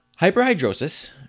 Hyperhidrosis